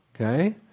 Okay